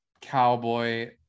Cowboy